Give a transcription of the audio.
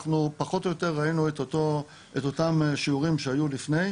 אנחנו פחות או יותר ראינו את אותם שיעורים שהיו לפני.